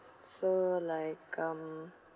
so like um